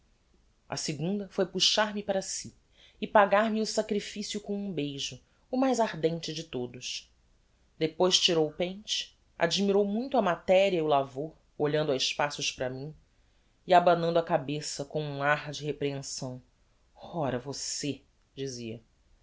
a segunda foi puxar me para si e pagar-me o sacrificio com um beijo o mais ardente de todos depois tirou o pente admirou muito a materia e o lavor olhando a espaços para mim e abanando a cabeça com um ar de reprehensão ora você dizia